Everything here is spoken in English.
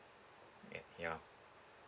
yup ya